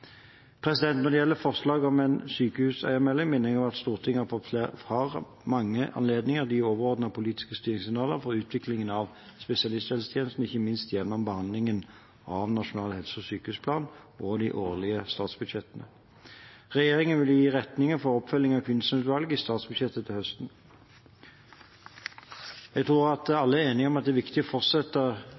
Når det gjelder forslaget om en sykehusmelding, minner jeg om at Stortinget har hatt og vil få mange anledninger til å gi overordnede politiske styringssignaler for utviklingen av spesialisthelsetjenesten, ikke minst gjennom behandlingen av Nasjonal helse- og sykehusplan og de årlige statsbudsjettene. Regjeringen vil gi retninger for oppfølgingen av Kvinnsland-utvalget i statsbudsjettet til høsten. Jeg tror alle er enige om at det er viktig å fortsette